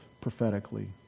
prophetically